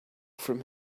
from